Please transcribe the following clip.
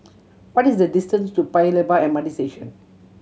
what is the distance to Paya Lebar M R T Station